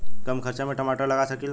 कम खर्च में टमाटर लगा सकीला?